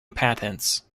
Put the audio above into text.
patents